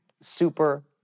super